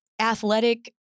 athletic